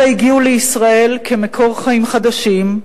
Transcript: אלה הגיעו לישראל כמקור חיים חדשים,